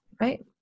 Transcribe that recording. right